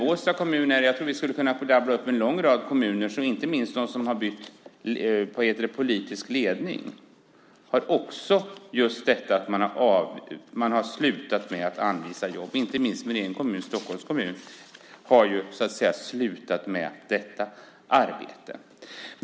Jag tror att vi skulle kunna rabbla upp en lång rad kommuner, inte minst sådana som bytt politisk ledning, som har slutat med att anvisa jobb. Inte minst min egen kommun, Stockholms kommun, har slutat med det arbetet.